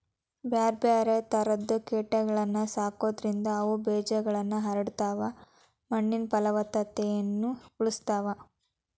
ಬ್ಯಾರ್ಬ್ಯಾರೇ ತರದ ಕೇಟಗಳನ್ನ ಸಾಕೋದ್ರಿಂದ ಅವು ಬೇಜಗಳನ್ನ ಹರಡತಾವ, ಮಣ್ಣಿನ ಪಲವತ್ತತೆನು ಉಳಸ್ತಾವ